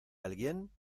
alguien